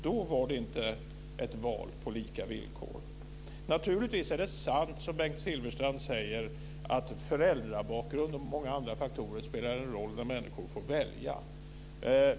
Då var det inte ett val på lika villkor. Naturligtvis är det så, som Bengt Silfverstrand säger, att föräldrabakgrund och många andra faktorer spelar en roll när människor får välja.